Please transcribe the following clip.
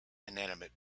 inanimate